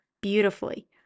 beautifully